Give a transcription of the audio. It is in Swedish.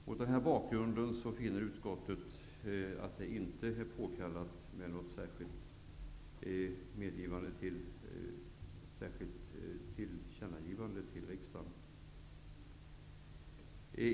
Mot denna bakgrund finner utskottet det inte påkallat med något särskilt tillkännagivande till riksdagen.